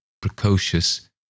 precocious